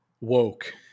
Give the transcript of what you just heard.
woke